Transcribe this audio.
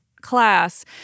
class